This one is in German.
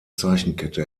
zeichenkette